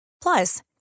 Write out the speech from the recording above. Plus